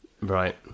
Right